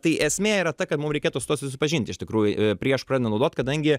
tai esmė yra ta kad mum reikėtų su tuo susipažinti iš tikrųjų prieš pradedant naudot kadangi